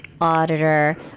auditor